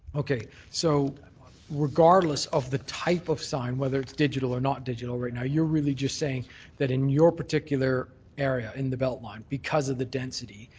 so regardless of the type of sign, whether it's digital or not digital right now you're really just saying that in your particular area, in the beltline, because of the density,